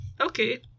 Okay